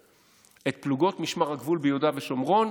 את פלוגות משמר הגבול ביהודה ושומרון